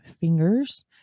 fingers